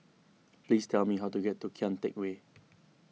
please tell me how to get to Kian Teck Way